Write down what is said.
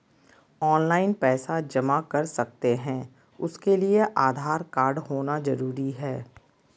Online पैसा जमा कर सकते हैं उसके लिए आधार कार्ड होना जरूरी है?